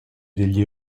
degli